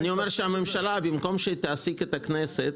במקום שתעסיק את הכנסת,